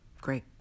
great